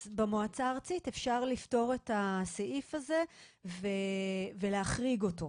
אז במועצה הארצית אפשר לפתור את הסעיף הזה ולהחריג אותו.